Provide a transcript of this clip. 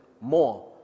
more